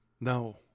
No